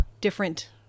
different